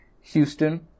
Houston